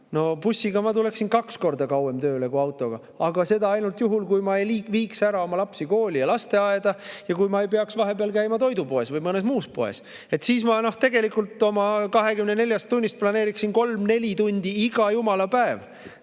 aga bussiga ma tuleksin kaks korda kauem tööle kui autoga, sedagi ainult juhul, kui ma ei viiks oma lapsi kooli ja lasteaeda ja kui ma ei peaks vahepeal käima toidupoes või mõnes muus poes. Mul läheks siis 24 tunnist kolm-neli tundi iga jumala päev